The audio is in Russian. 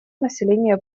населения